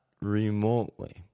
remotely